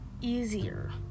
easier